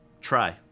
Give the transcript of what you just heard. try